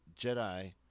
Jedi